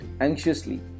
anxiously